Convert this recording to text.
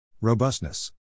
Robustness